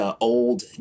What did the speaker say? Old